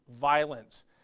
violence